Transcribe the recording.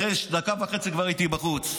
אחרי דקה וחצי כבר הייתי בחוץ.